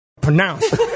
pronounce